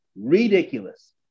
ridiculous